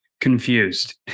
confused